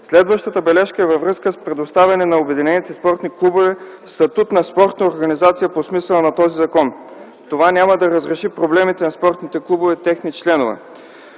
Следващата бележка е във връзка с предоставяне на обединените спортни клубове на статут на спортна организация по смисъла на този закон. Това няма да разреши проблемите на спортните клубове – техни членове.